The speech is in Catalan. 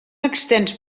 extens